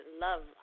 love